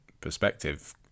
perspective